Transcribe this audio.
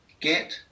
get